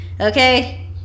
Okay